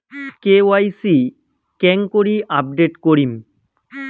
KYC কেঙ্গকরি update করিম?